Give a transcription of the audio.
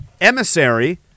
emissary